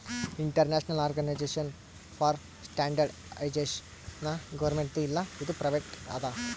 international organization for standardization ಗೌರ್ಮೆಂಟ್ದು ಇಲ್ಲ ಇದು ಪ್ರೈವೇಟ್ ಅದಾ